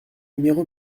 numéro